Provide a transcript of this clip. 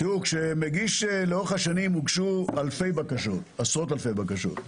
לאורך השנים הוגשו עשרות אלפי בקשות,